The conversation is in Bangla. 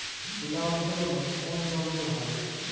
তুলা উত্তোলনে কোন যন্ত্র ভালো?